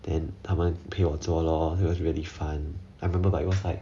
then 他们陪我坐 lor it was really fun I remember that it was like